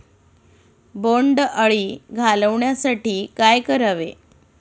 बोंडअळी घालवण्यासाठी काय करावे?